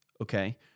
okay